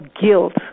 guilt